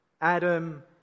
Adam